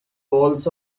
walls